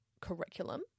curriculum